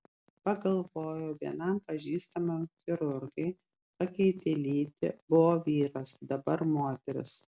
pagalvojau vienam pažįstamam chirurgai pakeitė lytį buvo vyras dabar moteris